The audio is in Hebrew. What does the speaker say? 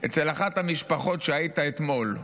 אצל אחת המשפחות שהיית אתמול,